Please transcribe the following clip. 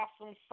awesome